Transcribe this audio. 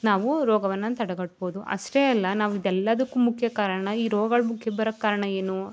ನಾವು ರೋಗವನ್ನು ತಡೆಗಟ್ಬೋದು ಅಷ್ಟೆ ಅಲ್ಲ ನಾವು ಇದೆಲ್ಲದಕ್ಕು ಮುಖ್ಯ ಕಾರಣ ಈ ರೋಗಗಳು ಮುಖ್ಯ ಬರಕ್ಕೆ ಕಾರಣ ಏನು